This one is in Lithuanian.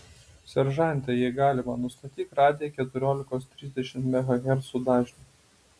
seržante jei galima nustatyk radiją keturiolikos trisdešimt megahercų dažniu